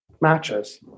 Matches